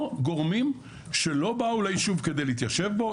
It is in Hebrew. גורמים שלא באו לישוב כדי להתיישב בו,